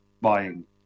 buying